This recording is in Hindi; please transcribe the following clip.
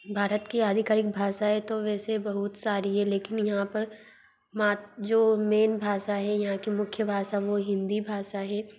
भारत के आधिकारिक भाषाएं तो वैसे बहुत सारी है लेकिन यहाँ पर मा जो मेन भाषा है यहाँ की मुख्य भाषा वो हिन्दी भाषा है